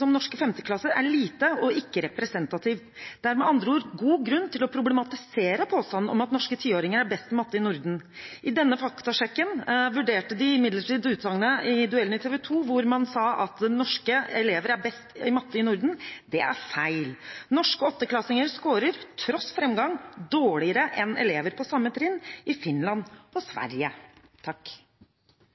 om norske femteklasser er lite og ikke representativt. Det er med andre ord god grunn til å problematisere påstanden om at norske tiåringer er best i matte i Norden. I denne faktasjekken vurderte de imidlertid utsagnet i duellen i TV 2 hvor man sa at norske elever er best i matte i Norden. Det er feil. Norske åttendeklassinger scorer, tross framgang, dårligere enn elever på samme trinn i Finland og Sverige.